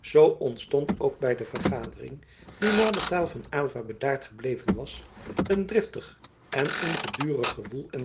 zoo ontstond ook bij de vergadering die na de taal van aylva bedaard gebleven was een driftig en ongedurig gewoel en